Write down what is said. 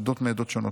עדות מעדות שונות,